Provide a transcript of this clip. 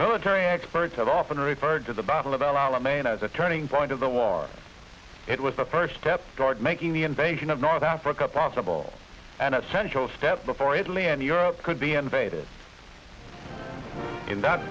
military experts have often referred to the battle of element as a turning point of the war it was the first step toward making the invasion of north africa possible and essential steps before italy and europe could be invaded in that